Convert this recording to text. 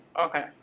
Okay